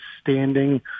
standing